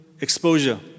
exposure